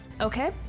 Okay